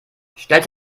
stellst